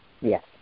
Yes